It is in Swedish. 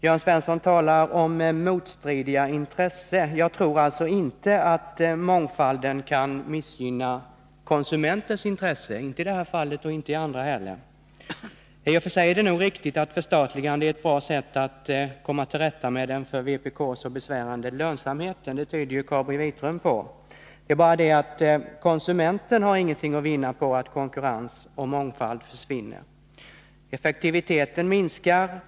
Jörn Svensson talar om motstridiga intressen. Men jag tror alltså inte att mångfalden kan missgynna konsumentens intressen, inte i det här fallet och inte i några andra heller. I och för sig är det nog riktigt att förstatligande är ett bra sätt att komma till rätta med den för vpk så besvärande lönsamheten. Det tyder ju fallet KabiVitrum på. Det är bara det att konsumenten inte har någonting att vinna på att konkurrens och mångfald försvinner. Effektiviteten minskar.